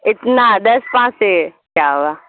اتنا دس پانچ سے کیا ہوگا